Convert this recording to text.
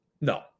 No